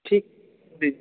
ठीक जी